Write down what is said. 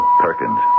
Perkins